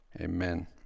Amen